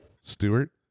Stewart